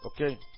Okay